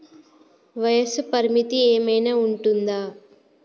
వయస్సు పరిమితి ఏమైనా ఉంటుందా?